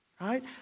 Right